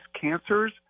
cancers